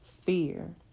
fear